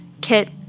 Kit